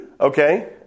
Okay